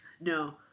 no